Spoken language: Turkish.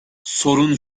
sorun